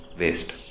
waste